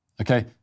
Okay